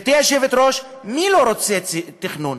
גברתי היושבת-ראש, מי לא רוצה תכנון?